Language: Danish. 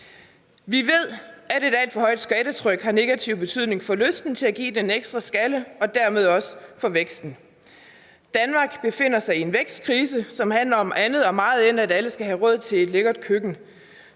Vi ved, at et alt for højt skattetryk har negativ betydning for lysten til at give den en ekstra skalle og dermed også for væksten. Danmark befinder sig i en vækstkrise, som handler om meget andet, end at alle skal have råd til et lækkert køkken.